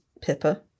Pippa